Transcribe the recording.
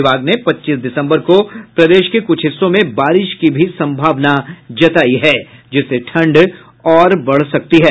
विभाग ने पच्चीस दिसंबर को प्रदेश के कुछ हिस्सों में बारिश की भी संभावना जताई है जिससे ठंड और बढ़ सकती है